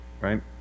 right